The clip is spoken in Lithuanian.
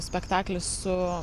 spektaklis su